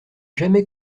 jamais